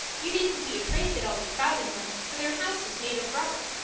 you needn't be afraid that i'll be crowding them, for their house is made of rubber.